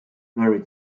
married